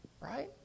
Right